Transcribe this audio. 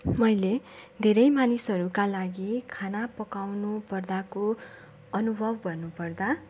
मैले धेरै मानिसहरूका लागि खाना पकाउनु पर्दाको अनुभव भन्नुपर्दा